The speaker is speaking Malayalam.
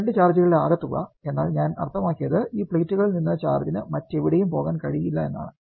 ഈ രണ്ട് ചാർജുകളുടെ ആകെത്തുക എന്നാൽ ഞാൻ അർത്ഥമാക്കിയത് ഈ പ്ലേറ്റുകളിൽ നിന്ന് ചാർജിന് മറ്റെവിടെയും പോകാൻ കഴിയില്ല എന്നാണ്